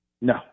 No